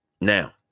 Now